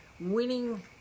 Winning